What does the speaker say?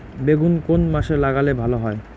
বেগুন কোন মাসে লাগালে ভালো হয়?